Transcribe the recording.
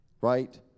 Right